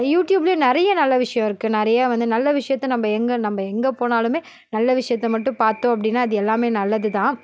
யூடியூப்லேயும் நிறைய நல்ல விஷயம் இருக்குது நிறைய வந்து நல்ல விஷயத்தை நம்ம எங்கே நம்ம எங்கே போனாலுமே நல்ல விஷயத்தை மட்டும் பார்த்தோம் அப்படின்னா அது எல்லாமே நல்லது தான்